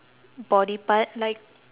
body part like